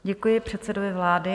Děkuji předsedovi vlády.